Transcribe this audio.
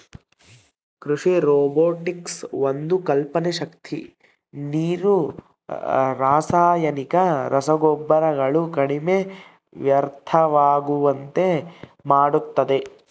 ಕೃಷಿ ರೊಬೊಟಿಕ್ಸ್ ಒಂದು ಕಲ್ಪನೆ ಶಕ್ತಿ ನೀರು ರಾಸಾಯನಿಕ ರಸಗೊಬ್ಬರಗಳು ಕಡಿಮೆ ವ್ಯರ್ಥವಾಗುವಂತೆ ಮಾಡುತ್ತದೆ